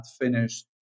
finished